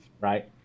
right